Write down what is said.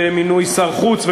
במינוי שר חוץ,